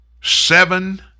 Seven